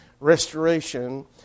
restoration